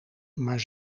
maar